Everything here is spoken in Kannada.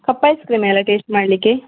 ಕಪ್ ಐಸ್ ಕ್ರೀಮೇ ಅಲ್ಲ ಟೇಸ್ಟ್ ಮಾಡಲಿಕ್ಕೆ